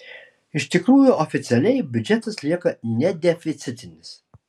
iš tikrųjų oficialiai biudžetas lieka nedeficitinis